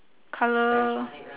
colour